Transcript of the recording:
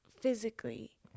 physically